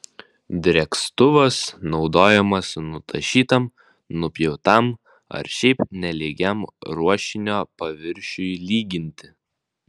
drėkstuvas naudojamas nutašytam nupjautam ar šiaip nelygiam ruošinio paviršiui lyginti